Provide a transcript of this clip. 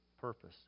purpose